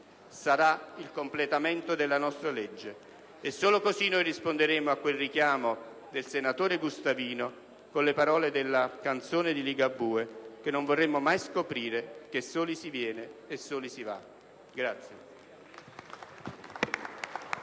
Sarà il completamento della nostra legge: solo così risponderemo a quel richiamo del senatore Gustavino, alle parole della canzone di Ligabue, ossia che non vorremmo mai scoprire che soli si viene e soli si va.